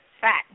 fat